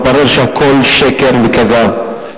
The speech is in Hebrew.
מתברר שהכול שקר וכזב.